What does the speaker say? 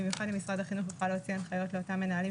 במיוחד אם משרד החינוך יוכל להוציא הנחיות לאותם מנהלים